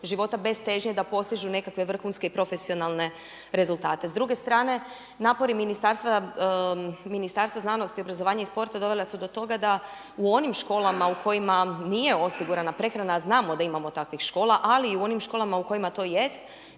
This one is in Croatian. života, bez težnje da postižu nekakve vrhunske i profesionalne rezultate. S druge strane, napori Ministarstva znanosti, obrazovanja i sporta, dovele su do toga da u onim školama u kojima nije osigurana prehrana, a znamo da imamo takvih škola, ali i u onim školama u kojima to jest,